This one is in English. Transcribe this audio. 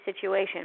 situation